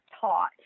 taught